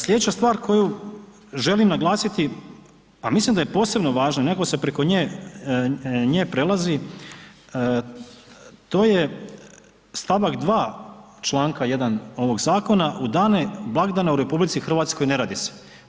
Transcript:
Slijedeća stvar koju želim naglasiti, a mislim da je posebno važna, nekako se preko nje, nje prelazi, to je st. 2. čl. 1. ovog zakona, u dane blagdana u RH ne radi se.